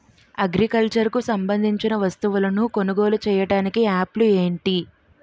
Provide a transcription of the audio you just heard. Agriculture కు సంబందించిన వస్తువులను కొనుగోలు చేయటానికి యాప్లు ఏంటి?